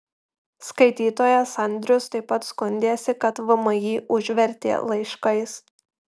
skaitytojas andrius taip pat skundėsi kad vmi užvertė laiškais